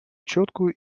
четкую